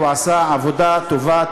הוא עשה עבודה טובה.